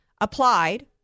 applied